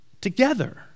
together